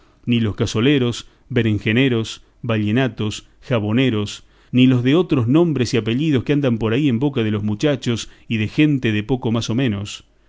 ni los cazoleros berenjeneros ballenatos jaboneros ni los de otros nombres y apellidos que andan por ahí en boca de los muchachos y de gente de poco más a menos